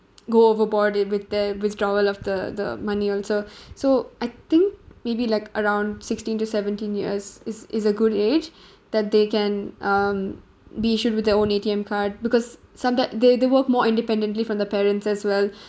go overboard it with the withdrawal of the the money also so I think maybe like around sixteen to seventeen years is is a good age that they can um be issued with their own A_T_M card because sometime they they work more independently from the parents as well